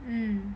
mmhmm